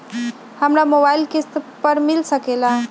हमरा मोबाइल किस्त पर मिल सकेला?